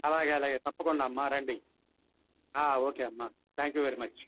అలాగే అలాగే తప్పకుండా అమ్మా రండి ఓకే అమ్మా థ్యాంక్ యూ వెరీ మచ్